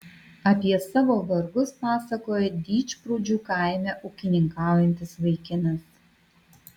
apie savo vargus pasakojo didžprūdžių kaime ūkininkaujantis vaikinas